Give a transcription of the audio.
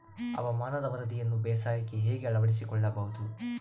ಹವಾಮಾನದ ವರದಿಯನ್ನು ಬೇಸಾಯಕ್ಕೆ ಹೇಗೆ ಅಳವಡಿಸಿಕೊಳ್ಳಬಹುದು?